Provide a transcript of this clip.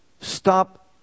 stop